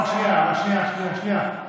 רק שנייה, שנייה.